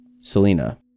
Selena